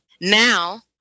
Now